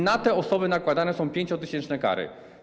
Na te osoby nakładane są 5-tysięczne kary.